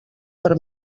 per